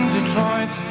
Detroit